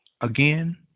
Again